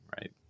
right